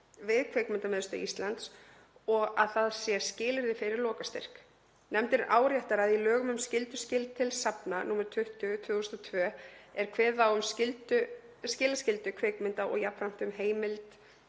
við Kvikmyndamiðstöð Íslands og að það sé skilyrði fyrir lokastyrk. Nefndin áréttar að í lögum um skylduskil til safna, nr. 20/2002, er kveðið á um skilaskyldu kvikmynda og jafnframt um heimild